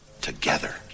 together